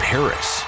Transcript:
Paris